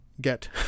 get